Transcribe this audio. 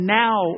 now